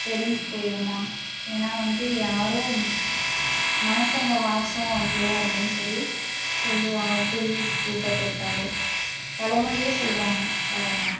தெரிஞ்சு போயிருமா ஏன்னா வந்து யாரும் மனுசங்க வாசம் வந்துரும் அப்படின் சொல்லி சொல்லுவாங்க குருவி கூட்டை தொட்டாலே பழமொழியே சொல்லுறாங்க பாருங்கள்